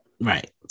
Right